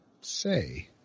say